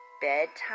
Bedtime